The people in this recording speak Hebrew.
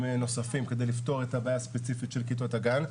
נוספים כדי לפתור את הבעיה הספציפית של כיתות הגן.